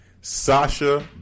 Sasha